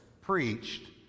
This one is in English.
preached